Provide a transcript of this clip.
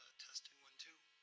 testing, one, two,